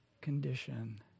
condition